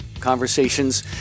conversations